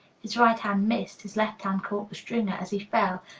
his right hand missed, his left hand caught the stringer as he fell,